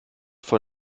von